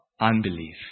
unbelief